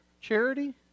charity